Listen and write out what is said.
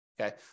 Okay